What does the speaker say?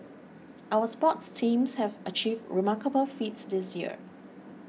our sports teams have achieved remarkable feats this year